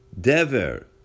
Dever